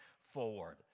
forward